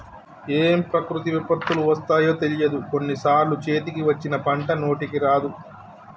ఏం ప్రకృతి విపత్తులు వస్తాయో తెలియదు, కొన్ని సార్లు చేతికి వచ్చిన పంట నోటికి రాదు